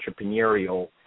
entrepreneurial